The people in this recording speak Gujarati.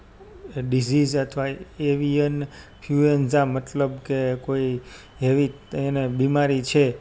ડિઝીઝ અથવા એવિયન ફયુએન્ઝા મતલબ કે કોઈ હેવી તે એને બીમારી છે